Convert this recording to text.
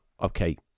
okay